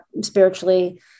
spiritually